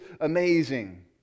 amazing